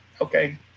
okay